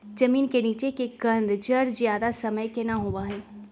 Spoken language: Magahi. जमीन के नीचे के कंद जड़ ज्यादा समय के ना होबा हई